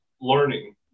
learning